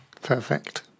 perfect